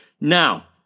Now